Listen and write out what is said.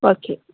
okay